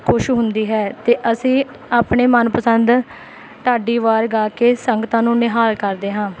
ਖੁਸ਼ ਹੁੰਦੀ ਹੈ ਅਤੇ ਅਸੀਂ ਆਪਣੇ ਮਨਪਸੰਦ ਢਾਡੀ ਵਾਰ ਗਾ ਕੇ ਸੰਗਤਾਂ ਨੂੰ ਨਿਹਾਲ ਕਰਦੇ ਹਾਂ